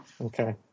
Okay